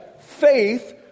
Faith